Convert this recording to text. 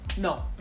no